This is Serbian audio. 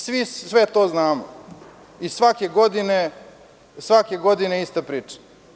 Svi sve to znamo i svake godine ista priča.